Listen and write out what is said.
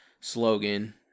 slogan